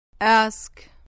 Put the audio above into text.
Ask